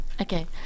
Okay